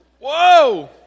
Whoa